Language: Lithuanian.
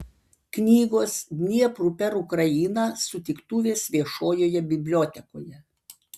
knygos dniepru per ukrainą sutiktuvės viešojoje bibliotekoje